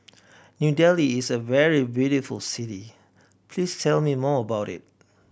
New Delhi is a very beautiful city please tell me more about it